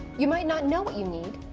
you might not know what you need,